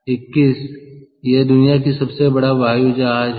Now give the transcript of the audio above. इक्कीस संदर्भ समय 1706 यह दुनिया की सबसे बड़ा वायुजहाज है